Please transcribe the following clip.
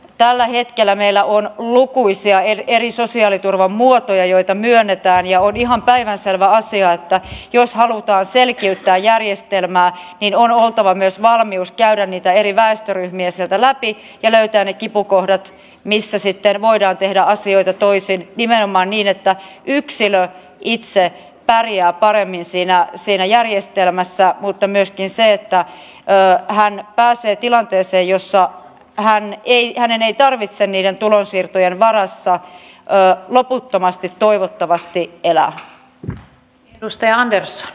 tällä hetkellä meillä on lukuisia eri sosiaaliturvan muotoja joita myönnetään ja on ihan päivänselvä asia että jos halutaan selkiyttää järjestelmää niin on oltava myös valmius käydä niitä eri väestöryhmiä sieltä läpi ja löytää ne kipukohdat missä sitten voidaan tehdä asioita toisin nimenomaan niin että yksilö itse pärjää paremmin siinä järjestelmässä mutta myöskin niin että hän pääsee tilanteeseen jossa hänen ei tarvitse niiden tulonsiirtojen varassa loputtomasti toivottavasti elää